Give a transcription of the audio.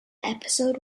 episode